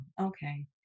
Okay